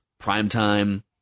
primetime